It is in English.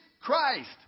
Christ